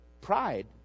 pride